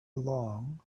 along